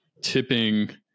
tipping